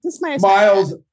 Miles